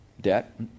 debt